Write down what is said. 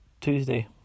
Tuesday